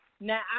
now